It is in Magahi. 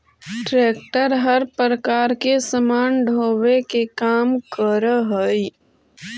ट्रेक्टर हर प्रकार के सामान ढोवे के काम करऽ हई